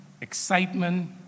excitement